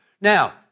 Now